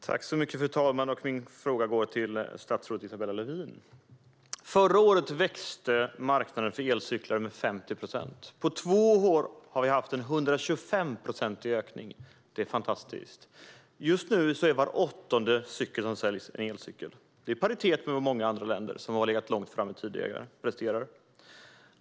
Fru talman! Min fråga går till statsrådet Isabella Lövin. Förra året växte marknaden för elcyklar med 50 procent. På två år har vi haft en 125-procentig ökning - det är fantastiskt. Just nu är var åttonde cykel som säljs en elcykel. Detta är i paritet med vad många andra länder, som har legat långt framme tidigare, presterar.